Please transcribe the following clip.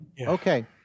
Okay